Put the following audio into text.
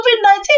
COVID-19